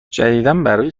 جدیدابرای